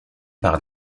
par